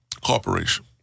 corporation